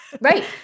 Right